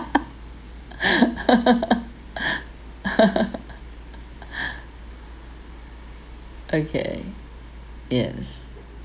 okay yes